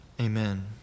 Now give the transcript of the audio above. amen